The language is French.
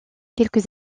quelques